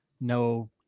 no